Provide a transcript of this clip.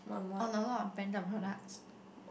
on a lot of branded products